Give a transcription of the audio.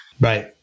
Right